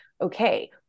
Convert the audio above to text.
okay